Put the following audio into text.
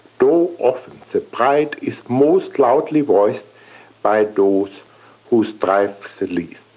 though often the pride is most loudly voiced by those who strive the least.